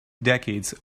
decades